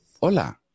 Hola